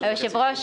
היושב-ראש,